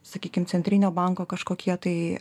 sakykim centrinio banko kažkokie tai